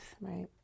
right